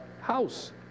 House